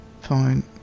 Fine